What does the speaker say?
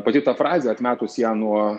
pati ta frazė atmetus ją nuo